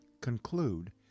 conclude